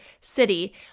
city